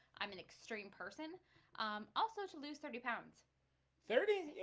i'm an extreme person also to lose thirty pounds thirty